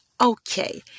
okay